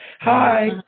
Hi